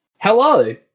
Hello